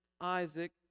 Isaac